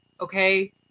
Okay